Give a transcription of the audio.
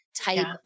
type